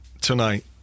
tonight